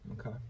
Okay